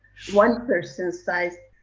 one person size,